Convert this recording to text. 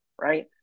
right